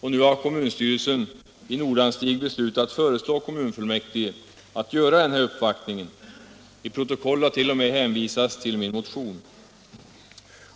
Och nu har kommunstyrelsen i Nordanstig beslutat föreslå kommunfullmäktige att göra den här uppvaktningen. I protokoll har t.o.m. hänvisats till min motion!